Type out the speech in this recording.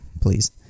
please